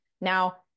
Now